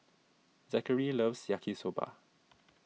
Zachery loves Yaki Soba